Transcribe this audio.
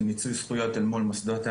מיצוי זכויות אל מול מוסדות המדינה.